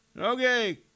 Okay